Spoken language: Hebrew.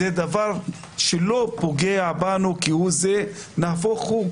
אין זה דבר שפוגע כהוא זה, נהפוך הוא,